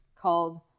called